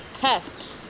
pests